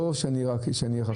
לא שאני רק אהיה חכם.